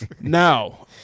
Now